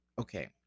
okay